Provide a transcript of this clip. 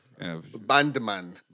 Bandman